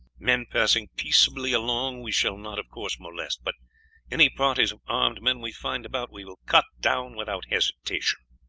men passing peaceably along we shall not of course molest, but any parties of armed men we find about we will cut down without hesitation.